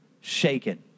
Shaken